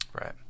Right